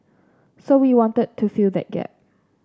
so we wanted to fill that gap